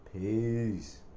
peace